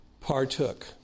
partook